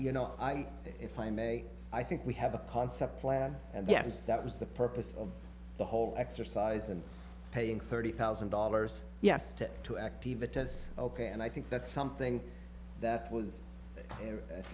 you know i if i may i think we have a concept plan and yes that was the purpose of the whole exercise and paying thirty thousand dollars yes to two activity was ok and i think that's something that was at